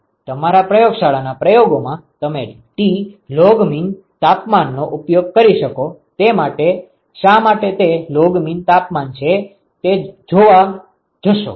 તમારા પ્રયોગશાળાના પ્રયોગોમાં તમે ડેલ્ટા T લોગ મીન તાપમાનનો ઉપયોગ કરી શકશો તમે શામાટે તે લોગ મીન તાપમાન છે તે જોવા જશો